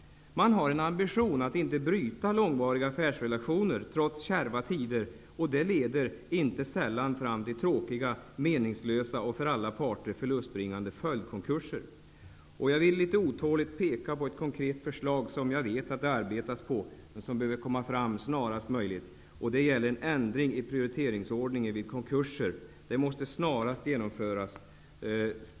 Ambitionen att inte bryta långvariga affärsrelationer trots kärva tider leder inte sällan fram till tråkiga, meningslösa och för alla parter förlustbringande följdkonkurser. Jag vill litet otåligt peka på ett konkret förslag, som jag vet att det arbetas på och som behöver komma fram snarast möjligt, nämligen en ändring av prioriteringsordningen vid konkurser. En sådan ändring måste snarast genomföras.